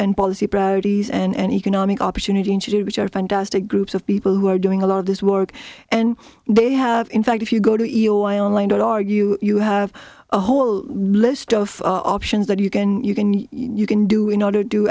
and policy priorities and economic opportunity and to do which are fantastic groups of people who are doing a lot of this work and they have in fact if you go to e on line and argue you have a whole list of options that you can you can you can do in order to